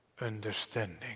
understanding